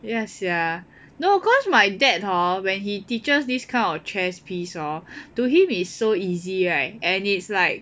ya sia no cause my dad hor when he teaches this kind of chess piece hor to him is so easy right and it's like